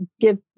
give